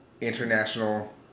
International